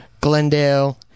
Glendale